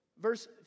Verse